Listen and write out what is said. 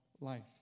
life